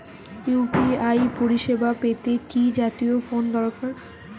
UPI পরিসেবা পেতে কি জাতীয় ফোন দরকার?